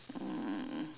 mm mm mm